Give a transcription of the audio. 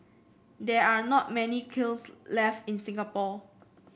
there are not many kilns left in Singapore